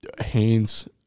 Haynes